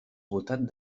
votat